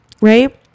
right